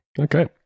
Okay